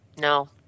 No